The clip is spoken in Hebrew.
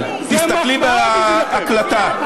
בבקשה.